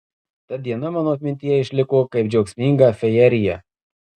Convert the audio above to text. ta diena mano atmintyje išliko kaip džiaugsminga fejerija